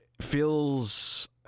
feels